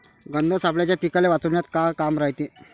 गंध सापळ्याचं पीकाले वाचवन्यात का काम रायते?